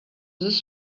this